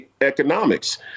economics